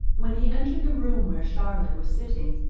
when he entered the room where charlotte was sitting,